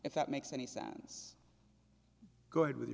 if that makes any sense good with